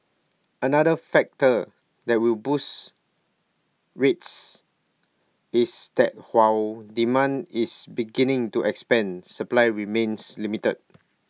another factor that will boost rents is that while demand is beginning to expand supply remains limited